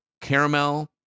caramel